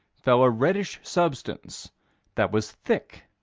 fell a reddish substance that was thick,